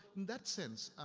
in that sense,